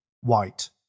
White